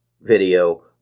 video